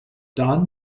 don